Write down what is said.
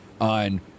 on